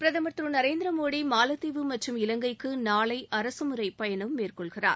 பிரதமர் திரு நரேந்திரமோடி மாலத்தீவு மற்றும் இலங்கைக்கு நாளை அரசுமுறை பயணம் மேற்கொள்கிறார்